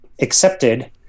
accepted